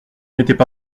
n’étaient